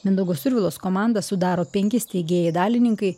mindaugo survilos komandą sudaro penki steigėjai dalininkai